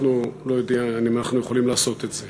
אנחנו, לא יודע אם אנחנו יכולים לעשות את זה,